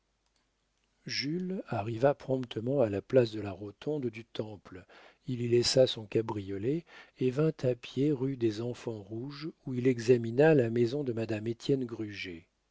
jules arriva promptement à la place de la rotonde du temple il y laissa son cabriolet et vint à pied rue des enfants rouges où il examina la maison de madame étienne gruget